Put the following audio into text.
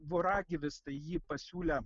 voragyvis tai jį pasiūlė